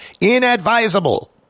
inadvisable